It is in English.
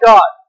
God